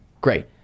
great